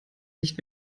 nicht